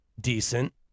decent